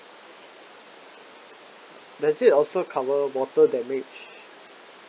does it also cover water damage